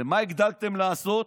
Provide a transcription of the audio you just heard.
ומה הגדלתם לעשות?